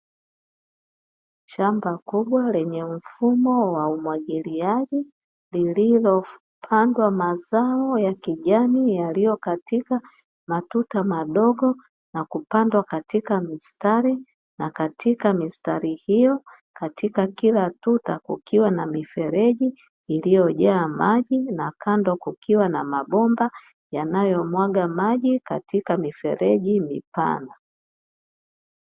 Shamba kubwa lenye mfumo wa umwagiliaji, lililopandwa mazao ya kijani lililokatika matuta madogo nakupandwa katika mistari, katika mistari hiyo katika kila tuta kukiwa na mifereji iliyojaa maji na kando kukiwa na mabomba yanayomwaga maji katika mifereji mipana.